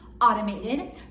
automated